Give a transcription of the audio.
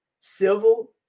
civil